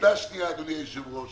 נקודה שנייה אדוני היושב ראש